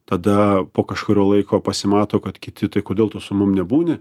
tada po kažkurio laiko pasimato kad kiti tai kodėl tu su mum nebūni